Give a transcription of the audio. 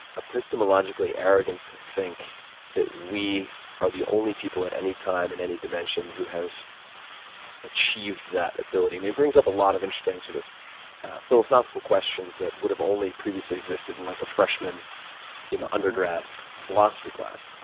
epistemologically arrogant to think that we are the only people at any time in any dimension who have achieved that ability. and it brings up a lot of interesting sort of philosophical questions that would have only previously existed in like a freshman you know undergrad philosophy class. oh,